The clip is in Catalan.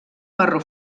marró